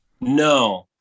no